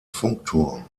funkturm